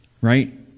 right